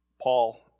Paul